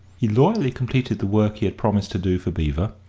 he loyally completed the work he had promised to do for beevor,